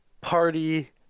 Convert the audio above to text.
Party